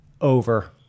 over